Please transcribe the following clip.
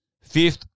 fifth